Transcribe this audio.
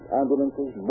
ambulances